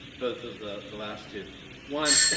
both of the the last two one,